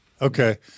Okay